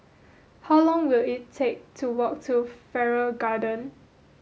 how long will it take to walk to Farrer Garden